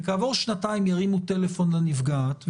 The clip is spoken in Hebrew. וכעבור שנתיים ירימו טלפון לנפגעת,